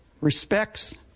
respects